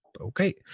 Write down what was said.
Okay